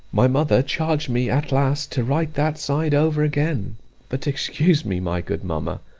my mother charged me at last, to write that side over again but excuse me, my good mamma!